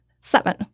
Seven